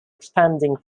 expanding